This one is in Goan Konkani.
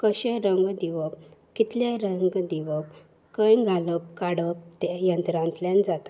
कशें रंग दिवप कितले रंग दिवप खंय घालप काडप तें यंत्रांतल्यान जाता